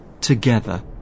together